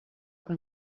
que